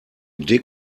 dig